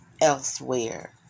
elsewhere